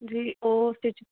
ਜੀ ਉਹ ਸਟਿੱਚ